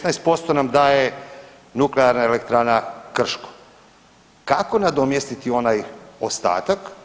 16% nam daje nuklearna elektrana Krško, kako nadomjestiti onaj ostatak?